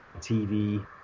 TV